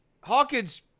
Hawkins